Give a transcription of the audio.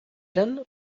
eren